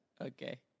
Okay